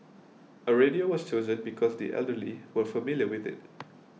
a radio was chosen because the elderly were familiar with it